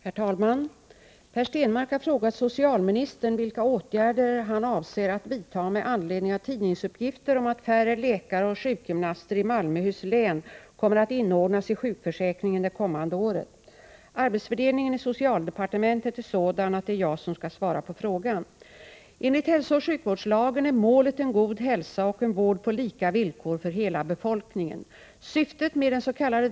Herr talman! Per Stenmarck har frågat socialministern vilka åtgärder han avser att vidta med anledning av tidningsuppgifter om att färre läkare och sjukgymnaster i Malmöhus län kommer att inordnas i sjukförsäkringen det kommande året. Arbetsfördelningen i socialdepartementet är sådan att det är jag som skall svara på frågan. Enligt hälsooch sjukvårdslagen är målet en god hälsa och en vård på lika villkor för hela befolkningen. Syftet med dens.k.